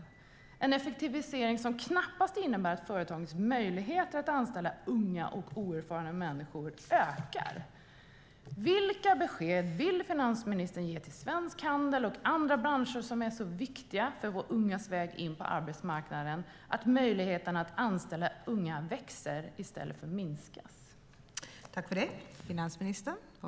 Det är effektiviseringar som knappast innebär att företagens möjligheter att anställa unga och oerfarna människor ökar. Vilka besked vill finansministern ge till svensk handel och andra branscher, som är så viktiga för våra ungas väg in på arbetsmarknaden, för att möjligheterna att anställa unga ska växa i stället för att minska?